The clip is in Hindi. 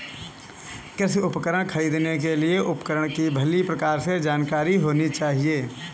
कृषि उपकरण खरीदने के लिए उपकरण की भली प्रकार से जानकारी होनी चाहिए